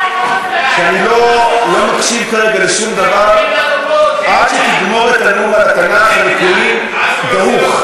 שאני לא מקשיב כרגע לשום דבר עד שתגמור את הנאום על התנ"ך אני כולי דרוך.